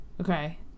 okay